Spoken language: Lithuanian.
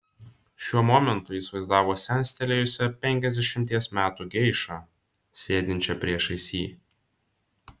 šiuo momentu jis vaizdavo senstelėjusią penkiasdešimties metų geišą sėdinčią priešais jį